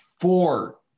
four